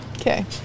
Okay